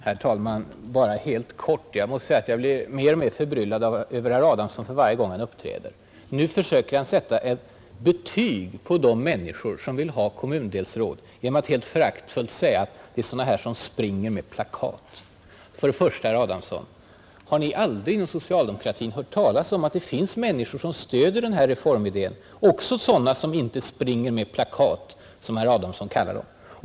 Herr talman! Jag måste säga att jag blir mer och mer förbryllad över herr Adamsson för varje gång han uppträder. Nu försöker han sätta ett betyg på de människor som vill ha kommundelsråd genom att helt föraktfullt säga att det är sådana där som ”springer med plakat”. För det första: Har ni aldrig inom socialdemokratin hört talas om att det finns människor som stöder den här reformidén och som inte ”springer med plakat”, som herr Adamsson kallar dem?